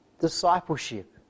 discipleship